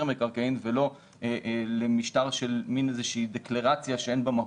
מקרקעין ולא למשטר של איזושהי דקלרציה שאין בה מהות.